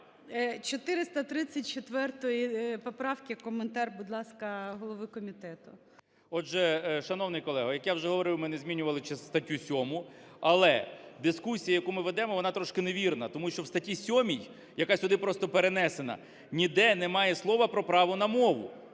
434 поправки. Коментар, будь ласка, голови комітету. 16:30:44 КНЯЖИЦЬКИЙ М.Л. Отже, шановний колего, як я вже говорив, ми не змінювали статтю 7. Але дискусія, яку ми ведемо, вона трішки невірна, тому що в статті 7, яка сюди просто перенесена, ніде немає слова про право на мову.